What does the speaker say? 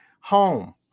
home